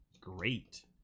great